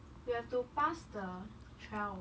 we have to pass the trial